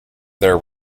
their